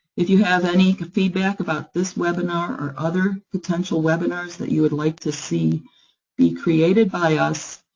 if you have any feedback about this webinar, or other potential webinars that you would like to see be created by us,